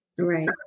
Right